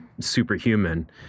superhuman